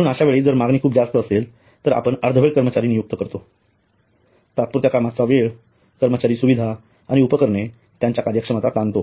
म्हणून अश्यावेळी जर मागणी खूप जास्त असते तर आपण अर्धवेळ कर्मचारी नियुक्त करतो तात्पुरता कामाचा वेळकर्मचारी सुविधा आणि उपकरणे यांच्या कार्यक्षमता ताणतो